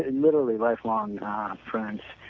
and literally lifelong friends.